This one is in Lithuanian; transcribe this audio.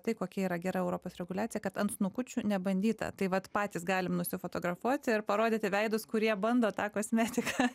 tai kokia yra gera europos reguliacija kad ant snukučių nebandyta tai vat patys galim nusifotografuot ir parodyti veidus kurie bando tą kosmetiką